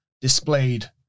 displayed